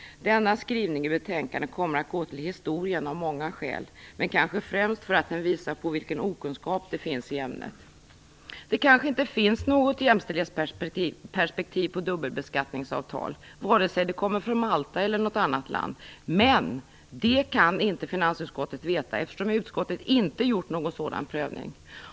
Denna skrivning i betänkandet kommer att gå till historien av många skäl, men kanske främst för att den visar på den okunskap som finns i ämnet. Det kanske inte finns något jämställdhetsperspektiv på dubbelbeskattningsavtal, vare sig det kommer från Malta eller något annat land. Men det kan inte finansutskottet veta, eftersom utskottet inte gjort någon sådan prövning.